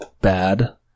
bad